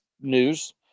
news